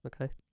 Okay